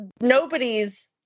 nobody's